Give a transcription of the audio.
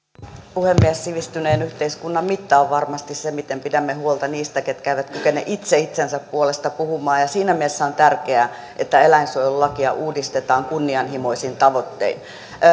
puhemies sivistyneen yhteiskunnan mitta on varmasti se miten pidämme huolta niistä ketkä eivät kykene itse itsensä puolesta puhumaan ja ja siinä mielessä on tärkeää että eläinsuojelulakia uudistetaan kunnianhimoisin tavoittein